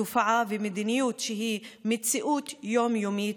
תופעה ומדיניות שהיא מציאות יום-יומית,